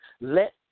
let